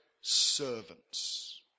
servants